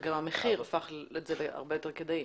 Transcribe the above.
וגם המחיר הפך את זה להרבה יותר כדאי.